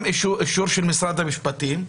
גם אישור של משרד המשפטים,